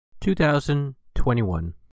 2021